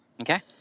Okay